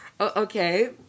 okay